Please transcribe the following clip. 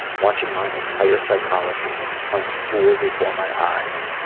watching my entire psychology and unspool before my eyes.